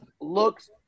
looks